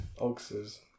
Oxes